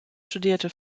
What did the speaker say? studierte